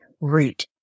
root